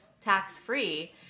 tax-free